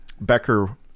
Becker